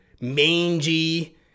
mangy